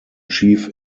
chief